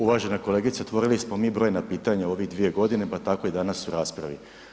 Uvažena kolegice, otvorili smo mi brojna pitanja u ovih dvije godine pa tako i danas u raspravi.